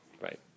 Right